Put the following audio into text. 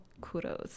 kudos